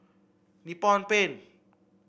Nippon Paint